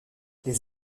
les